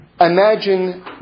imagine